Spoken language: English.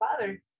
father